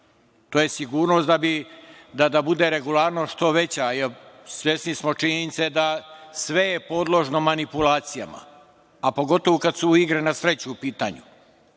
To je sigurnost da bude regularnost što veća, jer svesni smo činjenice da je sve podložno manipulacijama, a pogotovo kada su igre na sreću u pitanju.